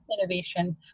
innovation